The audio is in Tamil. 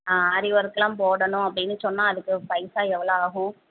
ஆ ஆரி ஒர்க்கெல்லாம் போடணும் அப்படின்னு சொன்னால் அதுக்கு பைசா எவ்வளோவு ஆகும்